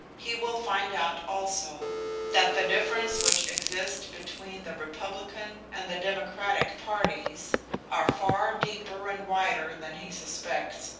he will find out also that the differences which exist between the republican and the democratic parties are far deeper and wider than he suspects,